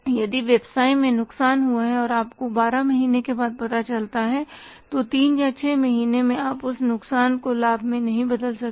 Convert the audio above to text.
यदि व्यवसाय में नुकसान हुआ है और आपको बारह महीने के बाद पता चलता है तो तीन या छह महीने में आप उस नुकसान को लाभ में नहीं बदल सकते